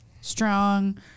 strong